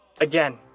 Again